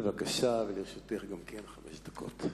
בבקשה, ולרשותך גם כן חמש דקות.